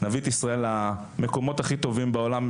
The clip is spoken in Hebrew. נביא את ישראל למקומות הכי טובים בעולם,